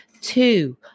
Two